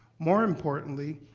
more importantly,